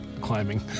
climbing